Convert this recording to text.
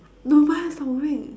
no mine is not moving